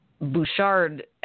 Bouchard